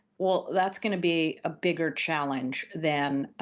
well, that's going to be a bigger challenge than